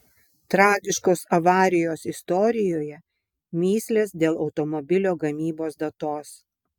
tragiškos avarijos istorijoje mįslės dėl automobilio gamybos datos